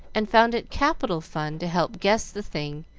and found it capital fun to help guess the thing,